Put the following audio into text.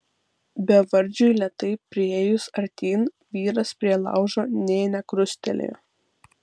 bevardžiui lėtai priėjus artyn vyras prie laužo nė nekrustelėjo